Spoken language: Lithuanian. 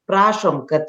prašom kad